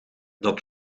dat